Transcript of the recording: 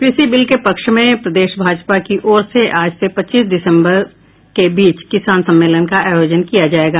कृषि बिल के पक्ष में प्रदेश भाजपा की ओर से आज से पच्चीस दिसंबर के बीच किसान सम्मेलन का आयोजन किया जायेगा